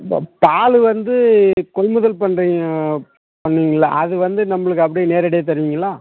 இப்போ பால் வந்து கொள்முதல் பண்ணுறீங்க பண்ணுவீங்கள்ல அது வந்து நம்மளுக்கு அப்படியே நேரடியாக தருவீங்களா